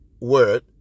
word